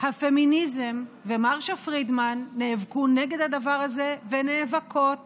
והפמיניזם ומרשה פרידמן נאבקו נגד הדבר הזה ונאבקות